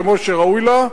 כמו שראוי לה,